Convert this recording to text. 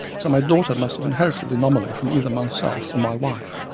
so my daughter must have inherited the anomaly from either myself or my wife.